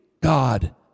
God